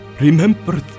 remember